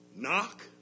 Knock